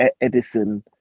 edison